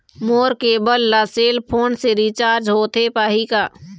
मोर cable ला cell phone से recharge होथे पाही का?